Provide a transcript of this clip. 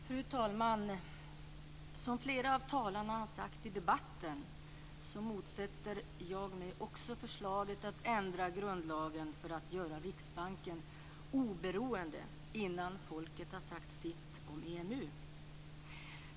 Fru talman! Liksom flera av talarna i debatten motsätter även jag mig förslaget att ändra grundlagen för att göra Riksbanken oberoende innan folket har sagt sitt om EMU.